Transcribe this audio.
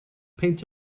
peint